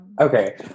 Okay